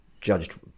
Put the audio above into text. judged